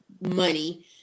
money